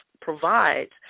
provides